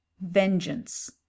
vengeance